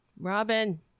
Robin